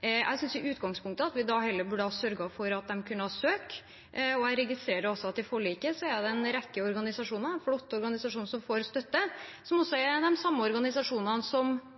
Jeg synes i utgangspunktet at vi da heller burde ha sørget for at de kunne søke. Jeg registrerer også i forliket at det er en rekke organisasjoner, flotte organisasjoner, som får støtte, som også er de samme organisasjonene som